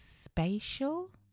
spatial